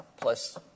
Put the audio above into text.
plus